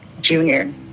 Junior